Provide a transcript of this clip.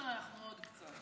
כל שנה אנחנו עוד קצת.